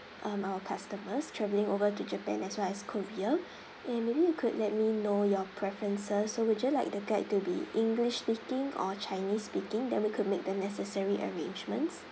um our customers travelling over to japan as well as korea uh maybe you could let me know your preferences so would you like the guide to be english speaking or chinese speaking then we could make the necessary arrangements